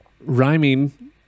rhyming